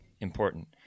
important